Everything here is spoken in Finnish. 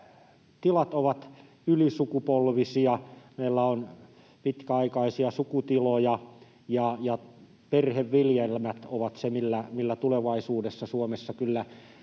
tilat ovat ylisukupolvisia. Meillä on pitkäaikaisia sukutiloja, ja perheviljelmät ovat se, millä tulevaisuudessa Suomessa kyllä